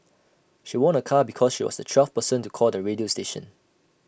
she won A car because she was the twelfth person to call the radio station